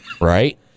Right